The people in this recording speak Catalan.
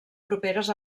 properes